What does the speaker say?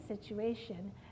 situation